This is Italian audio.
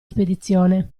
spedizione